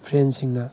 ꯐ꯭ꯔꯦꯟꯁꯤꯡꯅ